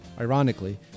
Ironically